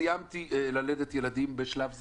סיימתי ללדת ילדים בשלב זה,